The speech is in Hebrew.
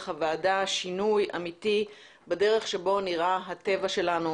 הוועדה שינוי אמיתי בדרך שבה נראה הטבע שלנו,